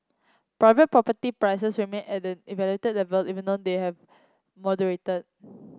private property prices remain at an elevated level even though they have moderated